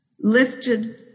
lifted